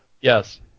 Yes